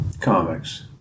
comics